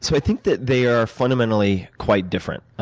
so i think that they are fundamentally, quite different.